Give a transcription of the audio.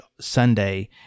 Sunday